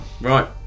Right